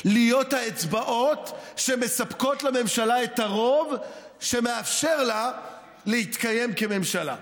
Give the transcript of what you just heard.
להיות האצבעות שמספקות לממשלה את הרוב שמאפשר לה להתקיים כממשלה.